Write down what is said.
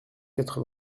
quatre